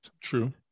True